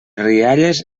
rialles